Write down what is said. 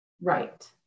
Right